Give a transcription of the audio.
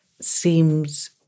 seems